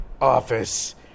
office